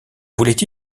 voulait